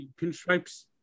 pinstripes